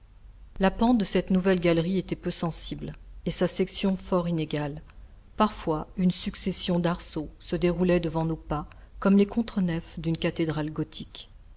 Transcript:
la pente de cette nouvelle galerie était peu sensible et sa section fort inégale parfois une succession d'arceaux se déroulait devant nos pas comme les contre nefs d'une cathédrale gothique